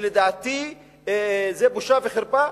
שלדעתי זו בושה וחרפה.